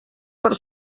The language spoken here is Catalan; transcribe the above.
per